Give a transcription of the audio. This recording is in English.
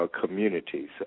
communities